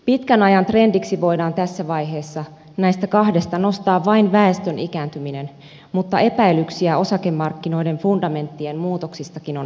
pitkän ajan trendiksi voidaan tässä vaiheessa näistä kahdesta nostaa vain väestön ikääntyminen mutta epäilyksiä osakemarkkinoiden fundamenttien muutoksistakin on esitetty